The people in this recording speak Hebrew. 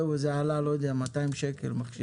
מכשיר כזה עלה 200 שקלים,